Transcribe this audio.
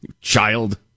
Child